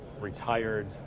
retired